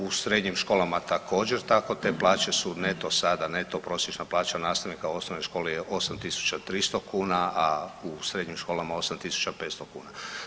U srednjim školama također, tako te plaće su neto sada, nego prosječna plaća nastavnika u osnovnoj školi je 8300 kuna a u srednjim školama 8500 kuna.